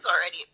already